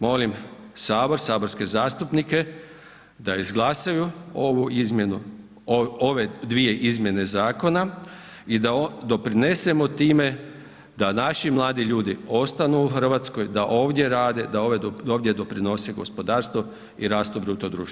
Molim Sabor, saborske zastupnike da izglasaju ovu izmjenu, ove dvije izmjene zakona i da doprinesemo time da naši mladi ljudi ostanu u RH, da ovdje rade, da ovdje doprinose gospodarstvu i rastu BDP-a.